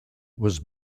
was